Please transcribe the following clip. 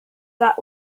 that